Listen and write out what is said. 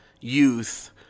youth